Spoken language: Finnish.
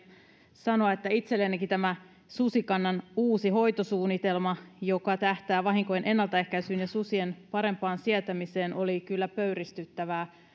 sanoa että itsellenikin tämä susikannan uusi hoitosuunnitelma joka tähtää vahinkojen ennaltaehkäisyyn ja susien parempaan sietämiseen oli kyllä pöyristyttävää